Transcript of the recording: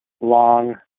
long